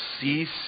cease